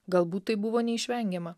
galbūt tai buvo neišvengiama